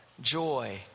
joy